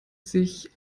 sich